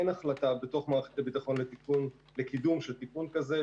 אין החלטה בתוך מערכת הביטחון לקידום של תיקון כזה,